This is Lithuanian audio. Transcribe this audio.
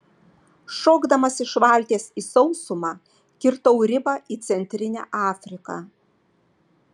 šokdamas iš valties į sausumą kirtau ribą į centrinę afriką